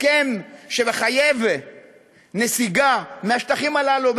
הסכם שמחייב נסיגה מהשטחים הללו,